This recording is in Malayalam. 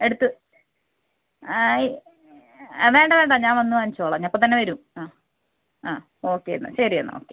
എടുത്ത് ആയി വേണ്ട വേണ്ട ഞാൻ വന്ന് വാങ്ങിച്ചോളാം ഞാൻ ഇപ്പത്തന്നെ വരും ആ ആ ഓക്കെ എന്നാൽ ശരി എന്നാൽ ഓക്കെ